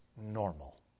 normal